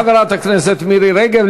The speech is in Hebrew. תודה לחברת הכנסת מירי רגב.